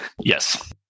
Yes